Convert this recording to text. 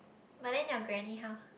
but then your granny how